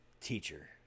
teacher